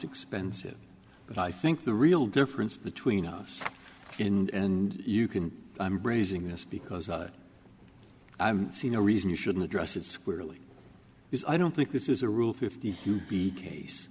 expensive but i think the real difference between us and you can i'm raising this because i see no reason you shouldn't address it squarely because i don't think this is a rule fifty case